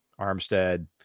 Armstead